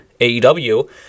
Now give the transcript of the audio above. AEW